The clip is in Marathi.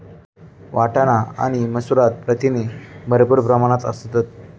वाटाणे आणि मसूरात प्रथिने भरपूर प्रमाणात असतत